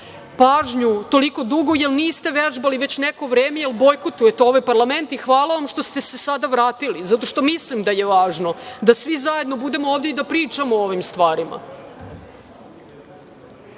pažnju toliko dugo jer niste vežbali već neko vreme, pošto bojkotujete ovaj parlament. Hvala vam što ste se sada vratili, zato što mislim da je važno da svi zajedno budemo ovde i da pričamo o ovim stvarima.